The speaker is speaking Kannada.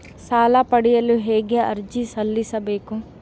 ಸಾಲ ಪಡೆಯಲು ಹೇಗೆ ಅರ್ಜಿ ಸಲ್ಲಿಸಬೇಕು?